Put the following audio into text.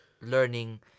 learning